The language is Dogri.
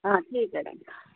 हां ठीक ऐ